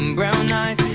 and brown eyes,